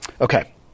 Okay